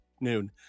noon